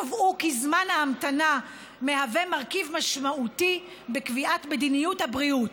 קבעו כי זמן ההמתנה מהווה מרכיב משמעותי בקביעת מדיניות הבריאות.